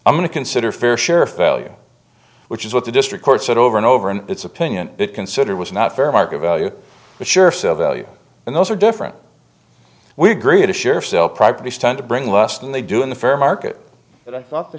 i'm going to consider fair share failure which is what the district court said over and over in its opinion it consider was not fair market value for sure several years and those are different we agreed to share sell properties tend to bring less than they do in the fair market but i thought the